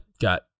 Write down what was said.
got